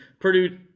Purdue